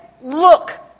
look